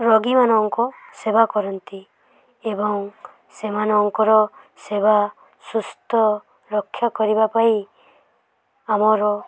ରୋଗୀମାନଙ୍କ ସେବା କରନ୍ତି ଏବଂ ସେମାନଙ୍କର ସେବା ସୁସ୍ଥ ରକ୍ଷା କରିବା ପାଇଁ ଆମର